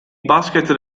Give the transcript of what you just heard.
basket